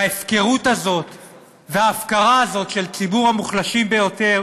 וההפקרות הזאת וההפקרה הזאת של ציבור המוחלשים ביותר